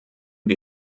wir